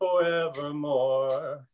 forevermore